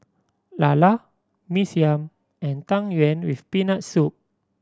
lala Mee Siam and Tang Yuen with Peanut Soup